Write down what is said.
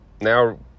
now